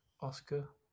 Oscar